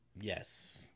Yes